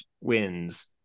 wins